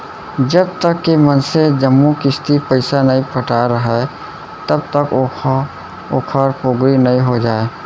जब तक के मनसे जम्मो किस्ती पइसा नइ पटाय राहय तब तक ओहा ओखर पोगरी नइ हो जाय